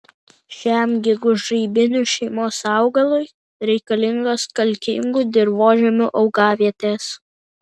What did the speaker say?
šiam gegužraibinių šeimos augalui reikalingos kalkingų dirvožemių augavietės